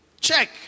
Check